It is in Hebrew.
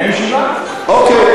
אוקיי.